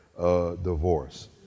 divorce